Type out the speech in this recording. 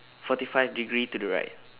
forty five degree to the right